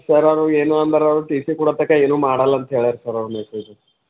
sir ಅವರು ಏನೋ ಅಂದಾರೆ ಅವ್ರು ಟಿ ಸಿ ಕೊಡೋತನಕ ಏನೂ ಮಾಡಲ್ಲ ಅಂತ ಹೇಳಾರೆ ಸರ್ ಅವ್ರು